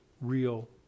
real